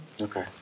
Okay